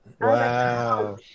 Wow